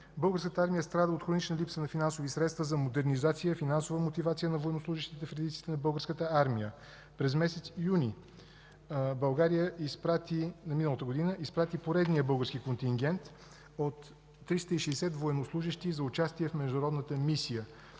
Българската армия страда от хронична липса на финансови средства за модернизация, финансова мотивация на военнослужещите в редиците на Българската армия. През месец юни 2014 г. България изпрати поредния български контингент от 360 военнослужещи за участие в Международната мисия в